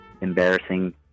embarrassing